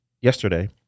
yesterday